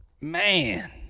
Man